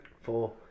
Four